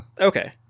Okay